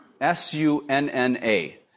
S-U-N-N-A